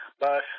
Bye